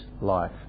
life